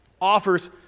offers